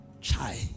Chai